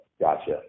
gotcha